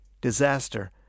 Disaster